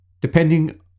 depending